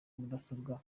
mudasobwa